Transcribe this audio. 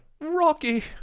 Rocky